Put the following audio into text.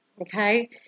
okay